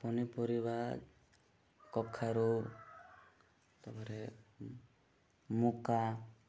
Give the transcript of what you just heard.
ପନିପରିବା କଖାରୁ ତା'ପରେ ମକା